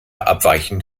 abweichend